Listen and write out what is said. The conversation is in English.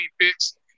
picks